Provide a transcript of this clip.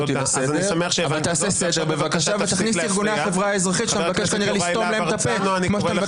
לסדר, חבר הכנסת יוראי להב הרצנו.